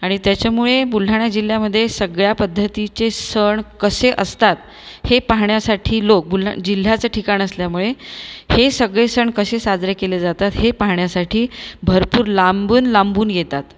आणि त्याच्यामुळे बुलढाणा जिल्ह्यामध्ये सगळ्या पद्धतीचे सण कसे असतात हे पाहण्यासाठी लोग बुलढाणा जिल्याच्या ठिकाण असल्यामुळे हे सगळे सण कसे साजरे केले जातात हे पाहण्यासाठी भरपूर लांबून लांबून येतात